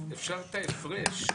אפשר את ההפרש.